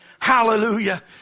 Hallelujah